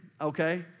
okay